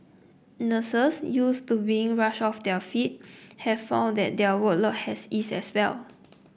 nurses used to being rushed off their feet have found that their workload has eased as well